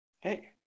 Hey